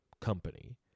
company